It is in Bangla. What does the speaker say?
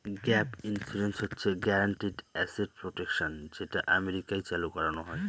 গ্যাপ ইন্সুরেন্স হচ্ছে গ্যারান্টিড এসেট প্রটেকশন যেটা আমেরিকায় চালু করানো হয়